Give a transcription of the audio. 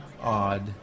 odd